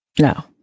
No